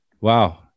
wow